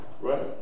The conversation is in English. Right